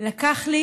תודה,